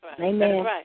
Amen